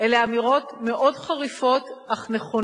אני מאוד מודה לך.